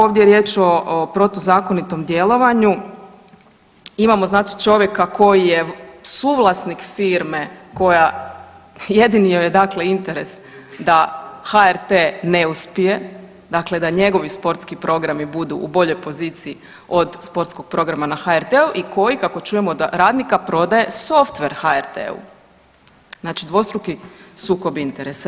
Ovdje je riječ o protuzakonitom djelovanju, imamo čovjeka koji je suvlasnik firme koja jedini joj je interes da HRT ne uspije, dakle da njegovi sportski programi budu u boljoj poziciji od sportskog programa na HRT-u i koji kako čujemo od radnika prodaje softver HRT-u, znači dvostruki sukob interesa.